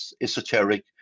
esoteric